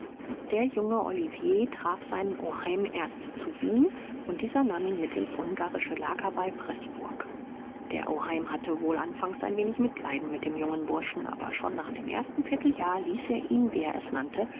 der junge olivier traf seinen oheim erst zu wien und dieser nahm ihn mit ins ungarische lager bei preßburg der oheim hatte wohl anfangs ein wenig mitleiden mit dem jungen burschen aber schon nach dem ersten vierteljahr ließ er ihn wie er es nannte